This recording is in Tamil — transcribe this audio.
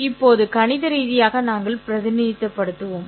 இப்போது கணித ரீதியாக நாங்கள் பிரதிநிதித்துவப்படுத்தினோம்